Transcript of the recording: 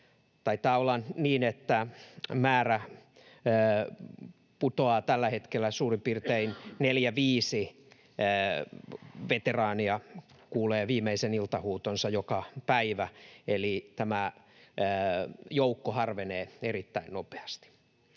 Taitaa olla niin, että määrä putoaa tällä hetkellä... Suurin piirtein neljä, viisi veteraania kuulee viimeisen iltahuutonsa joka päivä, eli tämä joukko harvenee erittäin nopeasti.